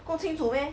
够清楚 meh